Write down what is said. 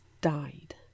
died